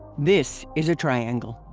this is a triangle.